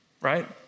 Right